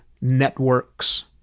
networks